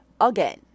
Again